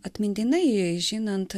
atmintinai žinant